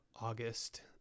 august